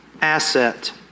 asset